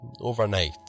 overnight